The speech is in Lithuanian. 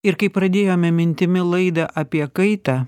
ir kaip pradėjome mintimi laidą apie kaitą